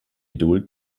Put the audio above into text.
idol